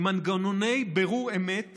למנגנוני בירור אמת